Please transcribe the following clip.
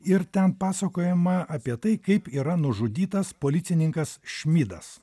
ir ten pasakojama apie tai kaip yra nužudytas policininkas šmidas